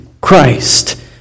Christ